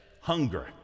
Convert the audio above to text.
hunger